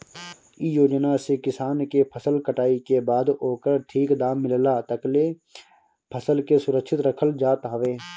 इ योजना से किसान के फसल कटाई के बाद ओकर ठीक दाम मिलला तकले फसल के सुरक्षित रखल जात हवे